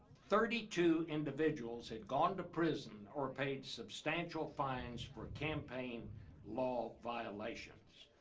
thirty two individuals had gone to prison are paid substantial fines for campaign law violations.